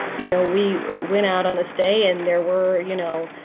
you know, we went out on this day and there were, you know,